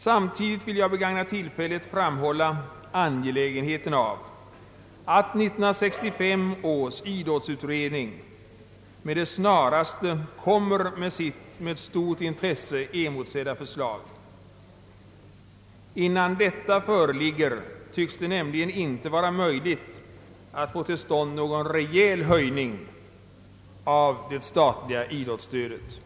Samtidigt vill jag begagna tillfället framhålla angelägenheten av att 1965 års idrottsutredning med det snaraste lägger fram sitt med stort intresse emotsedda förslag. Innan detta föreligger tycks det nämligen inte vara möjligt att få till stånd någon rejäl höjning av det statliga idrottsstödet.